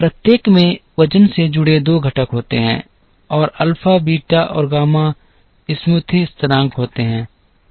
प्रत्येक में वज़न से जुड़े 2 घटक होते हैं और अल्फा बीटा और गामा स्मूथी स्थिरांक होते हैं